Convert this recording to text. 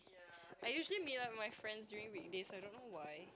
I usually meet up with my friends during weekdays I don't know why